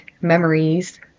memories